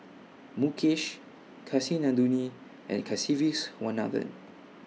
Mukesh Kasinadhuni and Kasiviswanathan